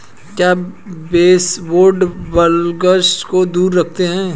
क्या baseboard bugs को दूर रखते हैं?